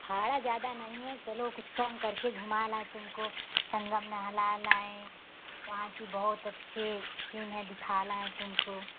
भाड़ा ज्यादा नहीं है चलो कुछ कम करके घुमा लाएँ तुमको संगम नहला लाएँ वहाँ की बहुत अच्छी टीम है दिखा लाएँ तुमको